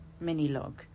mini-log